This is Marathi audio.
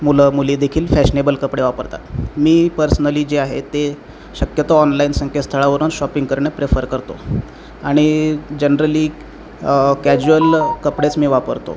मुलं मुलीदेखील फॅशनेबल कपडे वापरतात मी पर्सनली जे आहे ते शक्यतो ऑनलाईन संकेतस्थळावरून शॉपिंग करणे प्रेफर करतो आणि जनरली कॅज्युअल कपडेच मी वापरतो